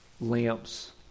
lamps